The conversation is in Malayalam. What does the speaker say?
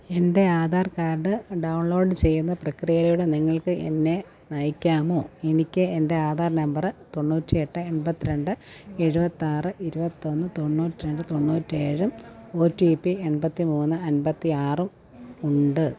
എൻ്റെ ആധാർ കാർഡ് ഡൗൺലോഡ് ചെയ്യുന്ന പ്രക്രിയയിലൂടെ നിങ്ങൾക്ക് എന്നെ നയിക്കാമോ എനിക്ക് എൻ്റെ ആധാർ നമ്പറ് തൊണ്ണൂറ്റിഎട്ട് എൺപത്തി രണ്ട് എഴുപത്തി ആറ് ഇരുപത്തി ഒന്ന് തൊണ്ണൂറ്റിരണ്ട് തൊണ്ണൂറ്റി ഏഴ് ഓ ടി പി എൺപത്തി മൂന്ന് അന്പത്തി ആറ് ഉണ്ട്